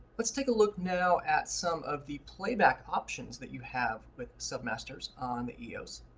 let's take a look now at some of the playback options that you have with submasters on the eos.